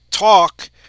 Talk